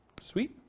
Sweet